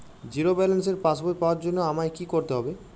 Zero ব্যালেন্সের পাসবই পাওয়ার জন্য আমায় কী করতে হবে?